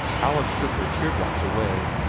alice shook her tear-drops away.